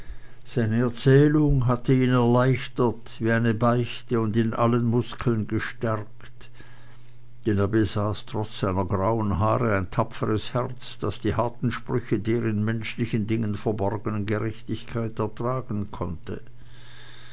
seine erzählung hatte ihn erleichtert wie eine beichte und in allen muskeln gestärkt denn er besaß trotz seiner grauen haare ein tapferes herz das die harten sprüche der in den menschlichen dingen verborgenen gerechtigkeit ertragen konnte